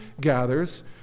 gathers